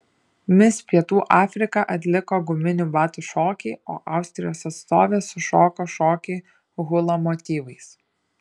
mis pietų afrika atliko guminių batų šokį o austrijos atstovė sušoko šokį hula motyvais